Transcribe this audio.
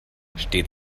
steht